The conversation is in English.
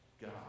God